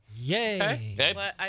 Yay